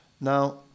Now